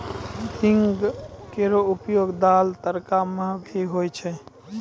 हींग केरो उपयोग दाल, तड़का म भी होय छै